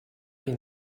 been